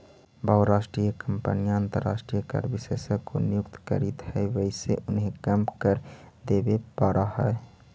बहुराष्ट्रीय कंपनियां अंतरराष्ट्रीय कर विशेषज्ञ को नियुक्त करित हई वहिसे उन्हें कम कर देवे पड़ा है